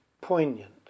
poignant